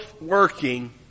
working